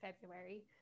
February